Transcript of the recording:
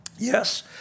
Yes